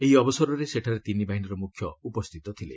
ଏହି ଅବସରରେ ସେଠାରେ ତିନି ବାହିନୀର ମୁଖ୍ୟ ଉପସ୍ଥିତ ଥିଲେ